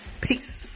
Peace